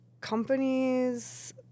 companies